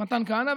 מתן כהנא,